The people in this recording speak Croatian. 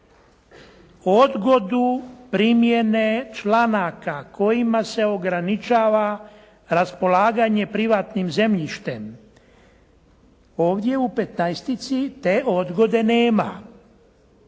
odgodu primjene članaka kojima se ograničava raspolaganje privatnim zemljištem, ovdje u 15. te odgode nema.